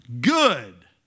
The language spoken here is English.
Good